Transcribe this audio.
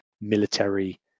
military